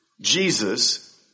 Jesus